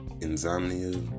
insomnia